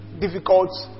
difficult